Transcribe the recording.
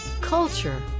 culture